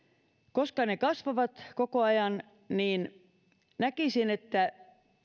koska ne kasvavat koko ajan näkisin että